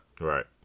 Right